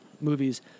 movies